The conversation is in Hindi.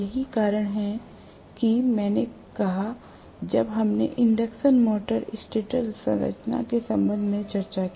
यही कारण है कि मैंने कहा जब हमने इंडक्शन मोटर स्टेटर संरचना के संबंध में चर्चा की